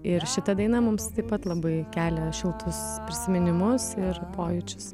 ir šita daina mums taip pat labai kelia šiltus prisiminimus ir pojūčius